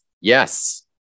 yes